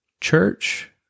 church